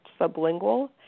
sublingual